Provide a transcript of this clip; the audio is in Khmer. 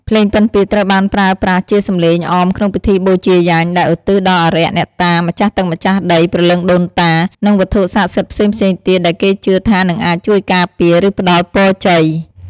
ភ្លេងពិណពាទ្យត្រូវបានប្រើប្រាស់ជាសំឡេងអមក្នុងពិធីបូជាយញ្ញដែលឧទ្ទិសដល់អារក្ស អ្នកតា ម្ចាស់ទឹកម្ចាស់ដី ព្រលឹងដូនតា និងវត្ថុស័ក្តិសិទ្ធិផ្សេងៗទៀតដែលគេជឿថានឹងអាចជួយការពារ ឬផ្តល់ពរជ័យ។